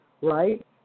right